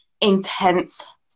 intense